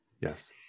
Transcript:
yes